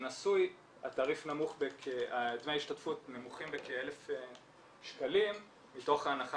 לנשוי דמי ההשתתפות נמוכים בכ-1000 שקלים מתוך ההנחה